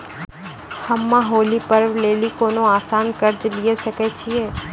हम्मय होली पर्व लेली कोनो आसान कर्ज लिये सकय छियै?